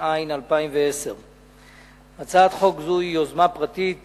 התש"ע 2010. הצעת חוק זו היא יוזמה פרטית